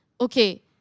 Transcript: Okay